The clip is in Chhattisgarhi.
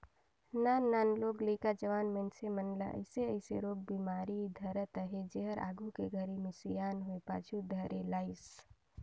नान नान लोग लइका, जवान मइनसे मन ल अइसे अइसे रोग बेमारी धरत अहे जेहर आघू के घरी मे सियान होये पाछू धरे लाइस